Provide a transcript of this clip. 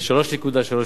ל-3.3%.